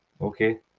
Okay